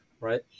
right